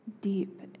deep